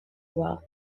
well